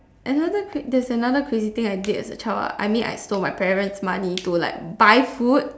another cra~ there is another crazy thing I did as a child ah I mean I stole my parents money to like buy food